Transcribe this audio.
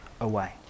away